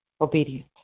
obedient